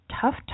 Tough